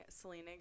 Selena